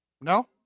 No